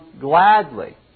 gladly